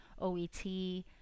oet